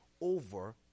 over